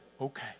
okay